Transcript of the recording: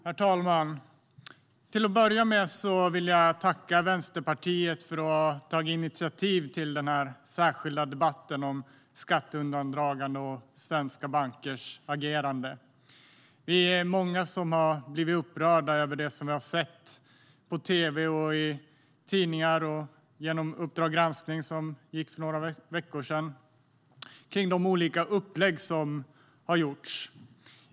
Herr talman! Till att börja med vill jag tacka Vänsterpartiet för att ha tagit initiativ till den här särskilda debatten om skatteundandragande och svenska bankers agerande. Vi är många som har blivit upprörda över det vi har sett på tv, i tidningar och i Uppdrag Granskning för några veckor sedan kring de olika upplägg som har gjorts.